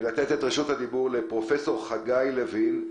לתת את רשות הדיבור לפרופ' חגי לוין,